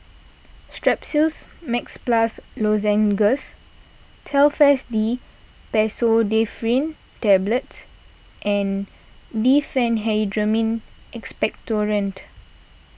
Strepsils Max Plus Lozenges Telfast D Pseudoephrine Tablets and Diphenhydramine Expectorant